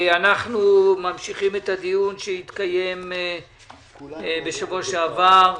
אנחנו ממשיכים את הדיון שהתקיים בשבוע שעבר.